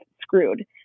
screwed